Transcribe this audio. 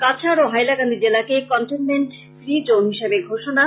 কাছাড় ও হাইলাকান্দি জেলাকে containment free zone হিসেবে ঘোষণা